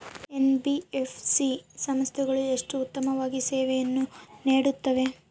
NBFC ಸಂಸ್ಥೆಗಳು ಎಷ್ಟು ಉತ್ತಮವಾಗಿ ಸೇವೆಯನ್ನು ನೇಡುತ್ತವೆ?